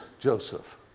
Joseph